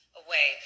away